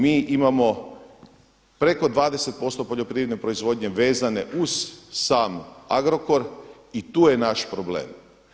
Mi imamo preko 20% poljoprivredne proizvodnje vezane uz sam Agrokor i tu je naš problem.